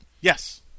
Yes